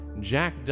Jack